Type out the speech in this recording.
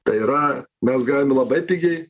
tai yra mes galime labai pigiai